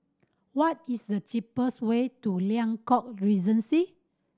what is the cheapest way to Liang Court Regency